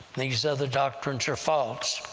these other doctrines are false.